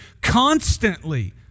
constantly